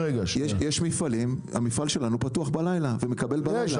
המפעל שלנו פתוח בלילה ומקבל בלילה.